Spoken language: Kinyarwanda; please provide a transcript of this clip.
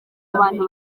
abantu